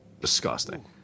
disgusting